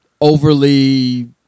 overly